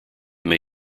may